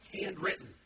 handwritten